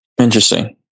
Interesting